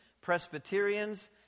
Presbyterians